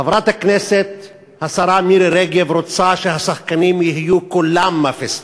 חברת הכנסת השרה מירי רגב רוצה שהשחקנים יהיו כולם מפיסטו,